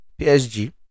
PSG